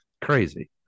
crazy